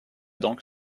donc